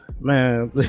man